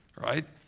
right